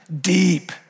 deep